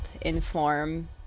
inform